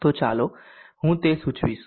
તો ચાલો હું તે સૂચવીશ